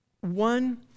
One